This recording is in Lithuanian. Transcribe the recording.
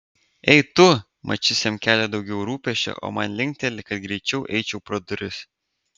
ei tu mat šis jam kelia daugiau rūpesčio o man linkteli kad greičiau eičiau pro duris